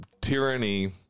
tyranny